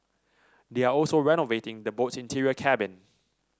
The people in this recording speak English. they are also renovating the boat's interior cabin